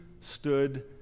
stood